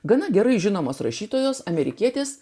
gana gerai žinomos rašytojos amerikietis